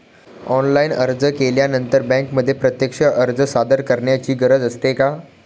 Online अर्ज केल्यानंतर बँकेमध्ये प्रत्यक्ष अर्ज सादर करायची गरज असते का?